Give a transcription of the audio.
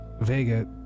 Vega